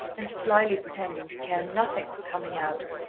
and slyly pretending to care nothing for coming out,